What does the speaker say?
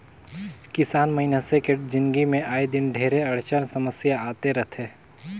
किसान मइनसे के जिनगी मे आए दिन ढेरे अड़चन समियसा आते रथे